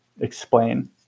explain